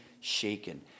shaken